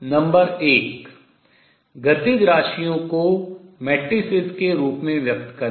number एक गतिज राशियों को matrices आव्यूह के रूप में व्यक्त करें